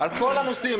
על כל הנושאים,